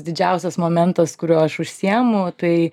didžiausias momentas kuriuo aš užsiemu tai